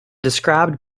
described